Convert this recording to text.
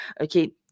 Okay